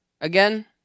Again